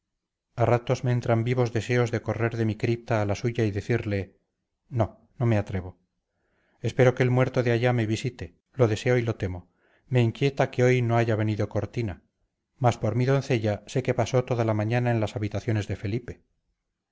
a ratos me entran vivos deseos de correr de mi cripta a la suya y decirle no no me atrevo espero que el muerto de allá me visite lo deseo y lo temo me inquieta que hoy no haya venido cortina mas por mi doncella sé que pasó toda la mañana en las habitaciones de felipe